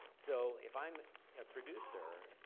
so if i'm a producer,